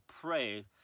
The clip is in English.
pray